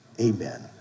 Amen